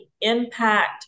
impact